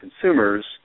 consumers